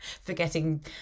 forgetting